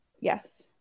yes